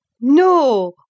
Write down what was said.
No